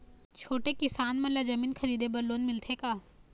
छोटे किसान मन ला जमीन खरीदे बर लोन मिलथे का?